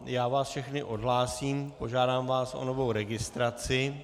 Já vás všechny odhlásím, požádám vás o novou registraci.